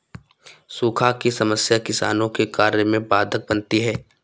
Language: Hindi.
सूखा की समस्या किसानों के कार्य में बाधक बनती है